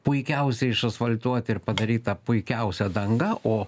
puikiausiai išasfaltuoti ir padaryta puikiausia danga o